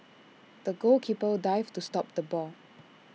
the goalkeeper dived to stop the ball